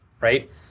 Right